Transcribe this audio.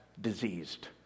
diseased